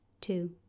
two